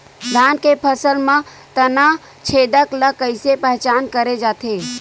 धान के फसल म तना छेदक ल कइसे पहचान करे जाथे?